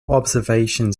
observation